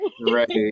Right